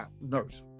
nurse